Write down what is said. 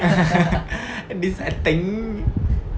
this thing